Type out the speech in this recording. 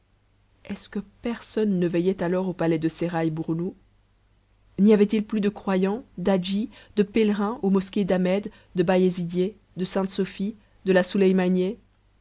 est-ce que personne ne veillait alors au palais de seraï bournou n'y avait-il plus de croyants d'hadjis de pèlerins aux mosquées d'ahmed de bayezidièh de sainte sophie de la